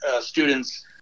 students